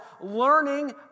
learning